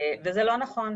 וזה לא נכון.